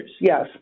Yes